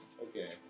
Okay